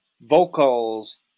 vocals